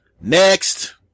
Next